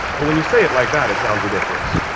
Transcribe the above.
but when you say it like that, it sounds ridiculous.